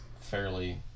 fairly